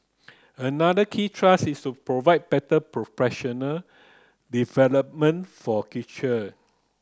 another key thrust is to provide better professional development for kitchen